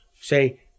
say